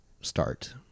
start